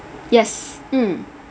yes mm